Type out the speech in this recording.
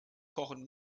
kochen